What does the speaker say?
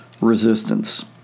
resistance